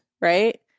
right